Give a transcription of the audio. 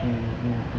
mm mm